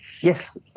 Yes